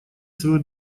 свою